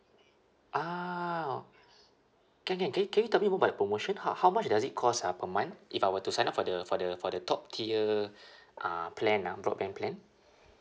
ah can can can you can you tell me more about your promotion ho~ how much does it cost ah per month if I were to sign up for the for the for the top tier uh plan ah broadband plan